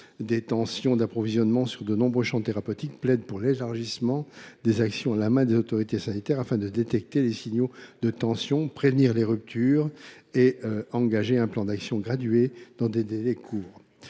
des tensions d’approvisionnement sur de nombreux champs thérapeutiques plaide pour l’élargissement des actions à la main des autorités sanitaires afin de détecter les signaux de tension, prévenir les ruptures et engager un plan d’action gradué dans des délais courts